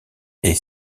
est